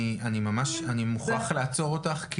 אני מוכרח לעצור אותך,